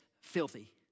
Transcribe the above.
filthy